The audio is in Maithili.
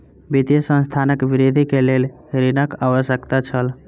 वित्तीय संस्थानक वृद्धि के लेल ऋणक आवश्यकता छल